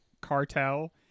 cartel